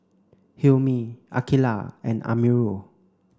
Hilmi Aqilah and Amirul